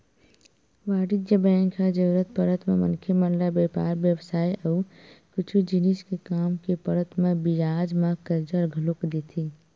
वाणिज्य बेंक ह जरुरत पड़त म मनखे मन ल बेपार बेवसाय अउ कुछु जिनिस के काम के पड़त म बियाज म करजा घलोक देथे